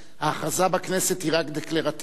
ההכרזה בכנסת היא רק דקלרטיבית,